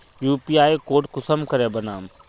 UPI code कुंसम करे बनाम?